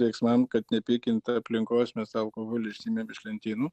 veiksmam kad nepykint aplinkos mes tą alkoholį išsiėmėm iš lentynų